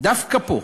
דווקא פה.